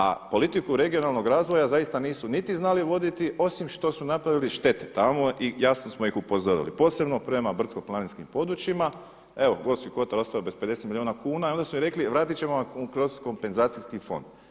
A politiku regionalnog razvoj zaista nisu znali niti voditi osim što su napravili štete tamo i jasno smo ih upozorili posebno prema brdsko-planinskim područjima, evo Gorski kotar je ostao bez 50 milijuna kuna i onda su im rekli vratiti ćemo vam kroz kompenzacijski fond.